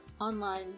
online